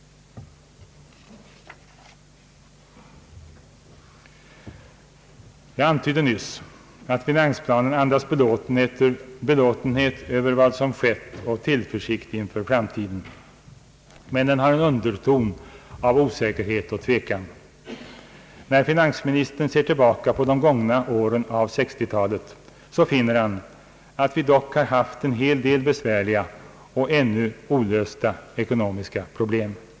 Jag antydde nyss att finansplanen andas belåtenhet över vad som skett och tillförsikt inför framtiden. Men den har en underton av osäkerhet och tvekan. När finansministern ser tillbaka på de gångna åren av 1960-talet så finner han, att vi dock har haft en hel del besvärliga och ännu olösta ekonomiska problem.